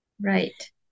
Right